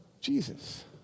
Jesus